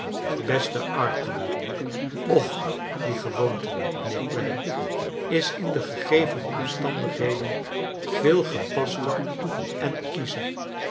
beste arthur och die gewoonte mijnheer clennam is in de gegeven omstandigheden veel gepaster en